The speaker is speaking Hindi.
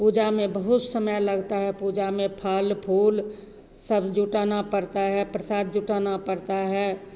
पूजा में बहुत समय लगता है पूजा में फल फूल सब जुटाना पड़ता है प्रसाद जुटाना पड़ता है